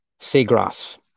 seagrass